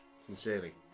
sincerely